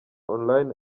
online